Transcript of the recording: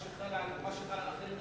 מה שחל על אחרים גם יחול,